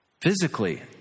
physically